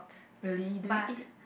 really do we eat